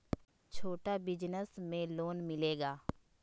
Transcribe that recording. छोटा बिजनस में लोन मिलेगा?